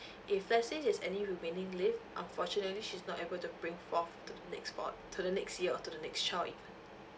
if let's says there's any remaining leave unfortunately she's not able to bring forth to the next board to the next year or to next child even